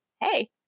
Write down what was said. hey